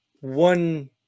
one